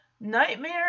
Nightmare